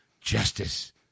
Justice